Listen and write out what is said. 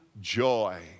joy